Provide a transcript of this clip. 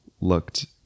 looked